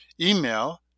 Email